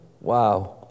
Wow